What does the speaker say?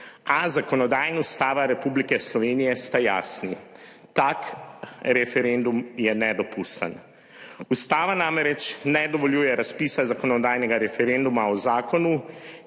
a zakonodaja in Ustava Republike Slovenije sta jasni - tak referendum je nedopusten. Ustava namreč ne dovoljuje razpisa zakonodajnega referenduma o zakonu,